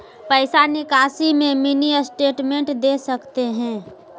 पैसा निकासी में मिनी स्टेटमेंट दे सकते हैं?